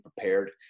prepared